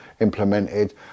implemented